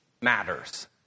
matters